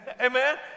Amen